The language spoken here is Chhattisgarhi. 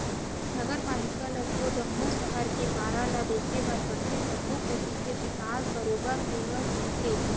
नगर पालिका ल तो जम्मो सहर के पारा ल देखे बर परथे सब्बो कोती के बिकास बरोबर होवय कहिके